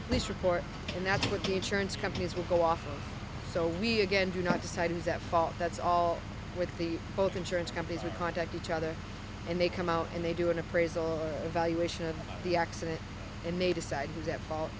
the police report and that's what the insurance companies will go off so we again do not decide who's at fault that's all with the both insurance companies would contact each other and they come out and they do an appraisal evaluation of the accident and they decide who's at fault